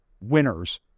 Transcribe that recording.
winners